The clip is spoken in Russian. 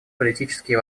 политические